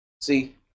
See